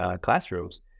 classrooms